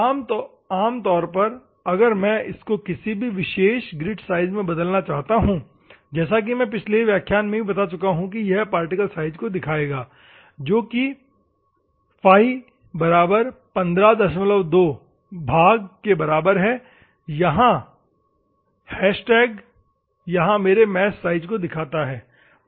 साधारण तौर पर अगर मैं इसको किसी भी विशेष ग्रिट साइज में बदलना चाहता हूं जैसा कि मैं पिछले व्याख्यान में भी बता चुका हूं कि यह पार्टिकल साइज को दिखाएगा जो कि φ 152 भाग के बराबर है यहाँ मैश साइज को दिखाता है